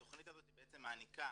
התכנית הזאת מעניקה